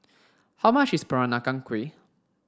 how much is Peranakan Kueh